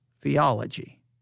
theology